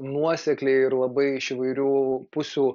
nuosekliai ir labai iš įvairių pusių